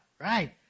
Right